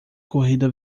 corrida